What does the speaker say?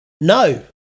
No